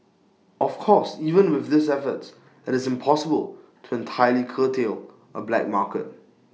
of course even with these efforts IT is impossible to entirely curtail A black market